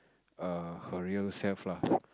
err her real self lah